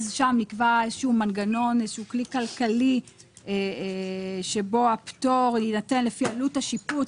שם נקבע איזה שהוא כלי כלכלי שבו הפטור יינתן לפי עלות השיפוץ,